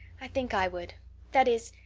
i think i would that is,